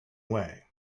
way